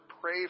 pray